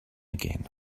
again